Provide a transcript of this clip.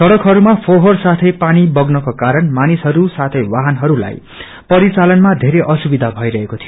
सङ्गकहस्मा फोहोर साथै पानी बग्नको कारण मानिसहरू साथै ाहनहस्लाई परिचालनमा धेरै असुविधा भइरहेको थियो